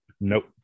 nope